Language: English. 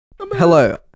hello